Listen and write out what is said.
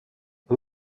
who